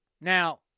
Now